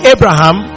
Abraham